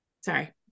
Sorry